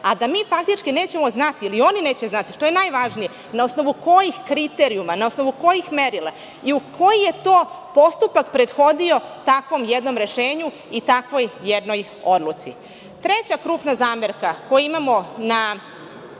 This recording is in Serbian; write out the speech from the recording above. a da mi faktički nećemo znati ili oni neće znati, što je još važnije, na osnovu kojih kriterijuma, na osnovu kojih merila i koji je postupak prethodio takvom jednom rešenju i takvoj jednoj odluci. Treća krupna zamerka koju imamo na